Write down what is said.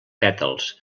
pètals